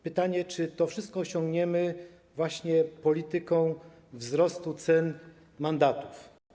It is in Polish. Pytanie: Czy to wszystko osiągniemy właśnie polityką wzrostu cen mandatów?